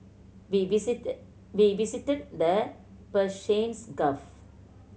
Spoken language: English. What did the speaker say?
we visit we visited the Persians Gulf